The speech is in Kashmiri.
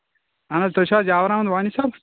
اَہَن حظ تُہۍ چھِو حظ یاور احمد وانی صٲب